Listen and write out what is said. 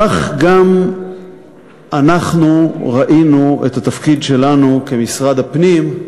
כך גם אנחנו ראינו את התפקיד שלנו כמשרד הפנים,